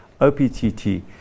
OPTT